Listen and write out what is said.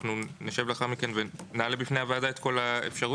נשב לאחר מכן ונעלה בפני הוועדה את כל האפשרויות,